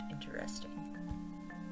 interesting